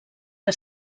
que